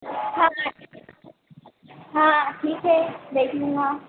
हाँ हाँ ठीक है देख लूँगा